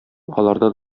аларда